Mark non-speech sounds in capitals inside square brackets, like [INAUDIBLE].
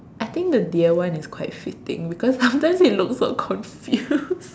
I think the deer one is quite fitting because sometimes it looks so confused [LAUGHS]